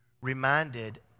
reminded